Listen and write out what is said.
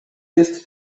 jest